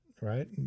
right